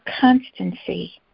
constancy